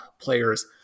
players